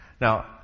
Now